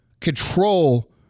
Control